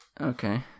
Okay